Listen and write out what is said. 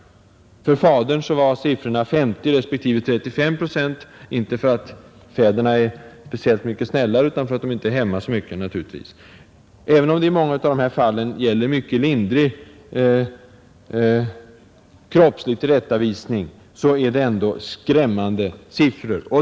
För fadern var siffrorna 50 respektive 35 procent . Även om det i många av dessa fall gäller mycket lindrig kroppslig tillrättavisning, är det ändå skrämmande siffror.